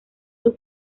sus